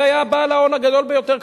זה היה בעל ההון הגדול ביותר.